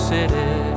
City